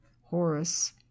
horace